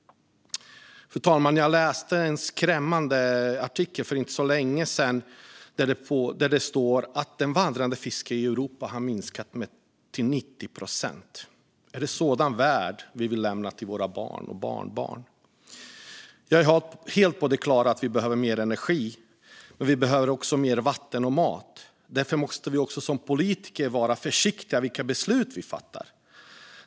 För inte så länge sedan, fru talman, läste jag en skrämmande artikel där det står att den vandrade fisken har minskat med 90 procent i Europa. Är det en sådan värld vi vill lämna till våra barn och barnbarn? Jag är helt på det klara med att vi behöver mer energi, men vi behöver också mer vatten och mat. Därför måste vi som politiker vara försiktiga med vilka beslut vi fattar.